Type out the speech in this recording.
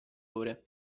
ore